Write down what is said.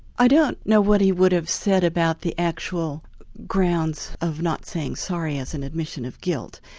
i don't know what he would have said about the actual grounds of not saying sorry, as an admission of guilt.